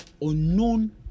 unknown